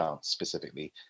specifically